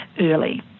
early